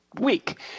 week